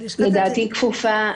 לדעתי היא כפופה,